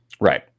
Right